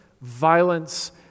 violence